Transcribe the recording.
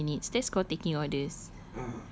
that's not called minutes that's called taking orders